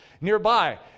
nearby